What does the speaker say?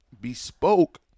Bespoke